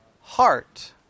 heart